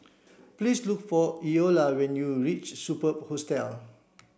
please look for Eola when you reach Superb Hostel